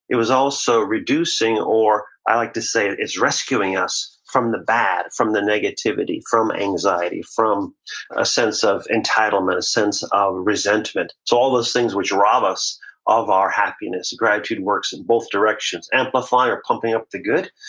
it was also reducing or, i like to say, it's rescuing us from the bad, from the negativity, from anxiety, from a sense of entitlement, a sense of resentment. all those things which rob us of our happiness. gratitude works in both directions, amplifying or pumping up the good,